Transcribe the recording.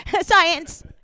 Science